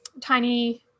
Tiny